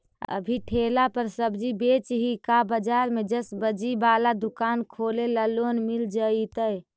अभी ठेला पर सब्जी बेच ही का बाजार में ज्सबजी बाला दुकान खोले ल लोन मिल जईतै?